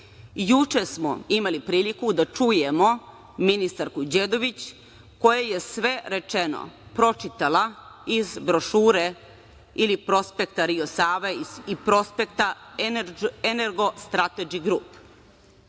smo imali priliku da čujemo ministarku Đedović koja je sve rečeno pročitala iz brošure ili prospekta „Rio Sava“ i prospekta „Ergo Strategy Group“.